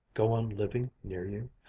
go on living near you?